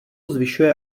zvyšuje